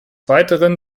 weiteren